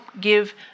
give